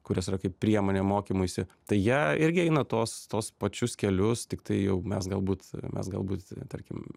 kuris yra kaip priemonė mokymuisi tai jie irgi eina tuos tuos pačius kelius tiktai jau mes galbūt mes galbūt tarkim